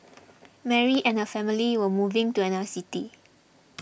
Mary and her family were moving to another city